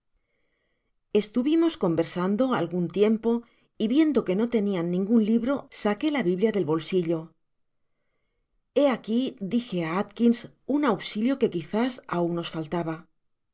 estuvimos conversando algun tiempo y viendo que tenian ningun libro saqué la biblia del bolsillo hé aqui dije á atkins un auxilio que quizás aun os faltaba